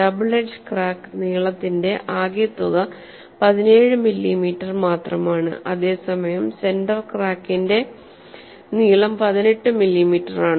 double edge crack നീളത്തിന്റെ ആകെത്തുക പതിനേഴ് മില്ലിമീറ്റർ മാത്രമാണ് അതേസമയം സെന്റർ ക്രാക്കിന്റെ നീളം 18 മില്ലിമീറ്ററാണ്